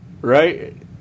Right